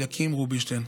אליקים רובינשטיין.